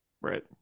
Right